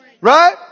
Right